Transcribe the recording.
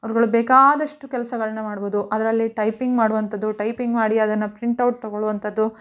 ಅವ್ರುಗಳು ಬೇಕಾದಷ್ಟು ಕೆಲ್ಸಗಳನ್ನು ಮಾಡ್ಬೌದು ಅದರಲ್ಲಿ ಟೈಪಿಂಗ್ ಮಾಡುವಂಥದ್ದು ಟೈಪಿಂಗ್ ಮಾಡಿ ಅದನ್ನು ಪ್ರಿಂಟೌಟ್ ತೊಗೊಳುವಂಥದ್ದು